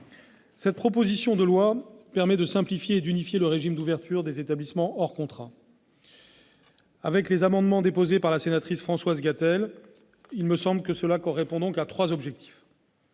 Cette proposition de loi permet de simplifier et d'unifier le régime d'ouverture des établissements hors contrat. Avec les amendements déposés par Mme la sénatrice Françoise Gatel, elle répond à trois objectifs